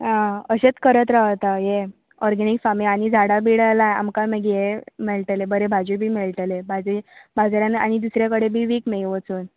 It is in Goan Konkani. आं अशेंच करत राव आतां हें ऑर्गेनीक फामींग आनी झाडां बिडां लाय आमकांय मागीर हें मेळटलें बरें भाजी बी मेळटलें भाजी बाजारान आनी दुसऱ्या कडेन बी वीक मागीर वचून